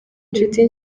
inshuti